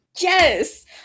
yes